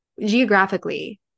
geographically